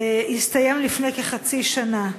הסתיים לפני כחצי שנה,